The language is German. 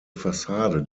fassade